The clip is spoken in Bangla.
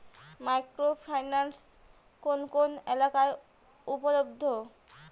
মাইক্রো ফাইন্যান্স কোন কোন এলাকায় উপলব্ধ?